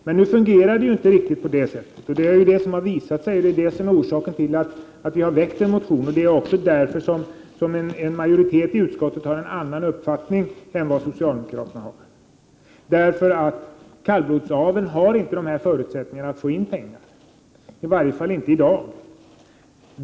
Men nu har det visat sig att det inte fungerar riktigt på det sättet — det är 81 orsaken till att vi har väckt en motion, och det är också därför som en majoritet i utskottet har en annan uppfattning än socialdemokraterna. Kallblodsaveln har inte de förutsättningarna att få in pengar, i varje fall inte i dag.